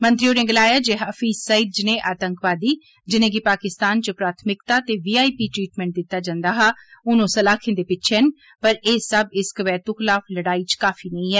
मंत्री होरें गलाया जे हाफिज़ सईद जनेह् आतंकवादी जिनेंगी पाकिस्तान च प्राथमिकता ते वीआईपी ट्रीटमैंट दित्ता जंदा हा हुन ओ सलाखें दे पिच्छे न पर एह् सब इस कबैतू खलाफ लड़ाई च काफी नेईं ऐ